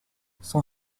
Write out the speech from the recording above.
son